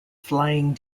flying